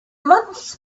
months